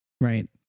Right